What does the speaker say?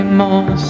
more